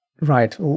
Right